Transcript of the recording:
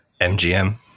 MGM